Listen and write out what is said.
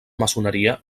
maçoneria